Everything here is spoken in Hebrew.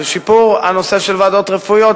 ושיפור הנושא של ועדות רפואיות,